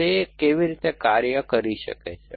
તે કેવી રીતે કાર્ય કરી શકે છે